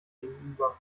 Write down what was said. gegenüber